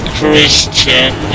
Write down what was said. Christian